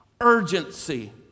Urgency